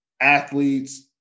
athletes